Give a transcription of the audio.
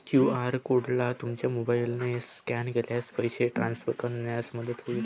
QR कोडला तुमच्या मोबाईलने स्कॅन केल्यास पैसे ट्रान्सफर करण्यात मदत होईल